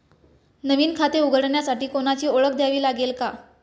नवीन खाते उघडण्यासाठी कोणाची ओळख द्यावी लागेल का?